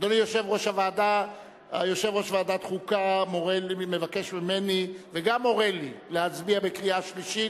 אדוני יושב-ראש ועדת החוקה מבקש ממני וגם מורה לי להצביע בקריאה שלישית,